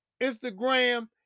Instagram